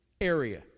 area